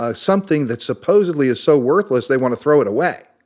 ah something that supposedly is so worthless? they want to throw it away?